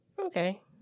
Okay